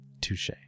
Touche